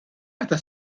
meta